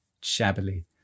shabbily